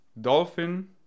dolphin